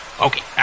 Okay